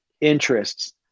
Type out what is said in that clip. interests